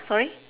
sorry